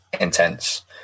intense